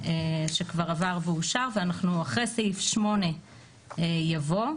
אחרי סעיף 8 יבוא: